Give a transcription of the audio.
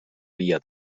via